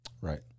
Right